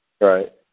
Right